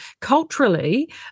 culturally